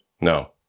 No